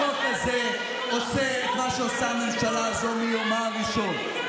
החוק הזה עושה את מה שעושה הממשלה הזו מיומה הראשון,